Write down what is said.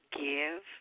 give